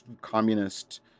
communist